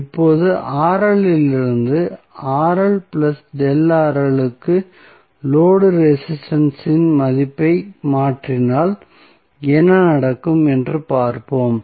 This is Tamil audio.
இப்போது இலிருந்து க்கு லோடு ரெசிஸ்டன்ஸ் இன் மதிப்பை மாற்றினால் என்ன நடக்கும் என்று பார்ப்போம்